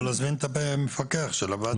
או להזמין את המפקח של הוועדה.